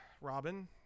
Robin